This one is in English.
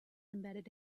embedded